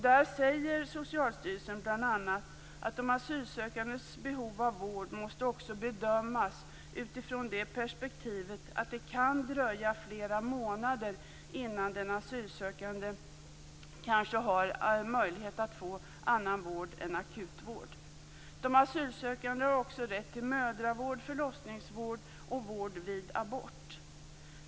Där säger Socialstyrelsen bl.a. att de asylsökandes behov av vård också måste bedömas utifrån det perspektivet att det kan dröja flera månader innan den asylsökande har möjlighet att få annan vård än akutvård. De asylsökande har också rätt till mödravård, förlossningsvård och vård vid abort.